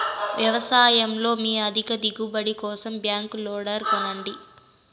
వ్యవసాయంలో మీ అధిక దిగుబడి కోసం బ్యాక్ లోడర్ కొనండి